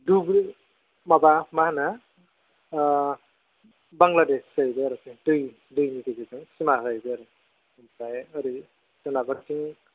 धुब्रि माबा माहोनो बांग्लादेश जाहैबाय आरो दै दैनि गेजेरेजों खुला जाहैबाय आरो आमफ्राय ओरै सोनाबहाथिं